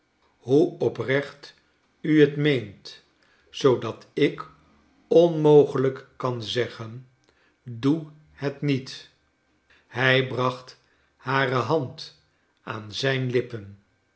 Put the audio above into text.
hoe oprecht u j t meent zoodat ik onmogelijk kaii zeggen doe het niet hij bracht hare hand aan zijn lippen